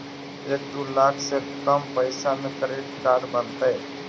एक दू लाख से कम पैसा में क्रेडिट कार्ड बनतैय?